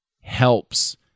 helps